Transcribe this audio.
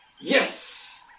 Yes